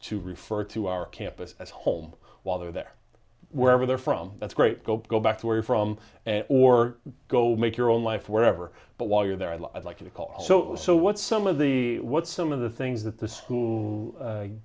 to refer to our campus at home while they're there wherever they're from that's great go go back to where you're from or go make your own life whatever but while you're there i'd like to call so so what some of the what some of the things that the school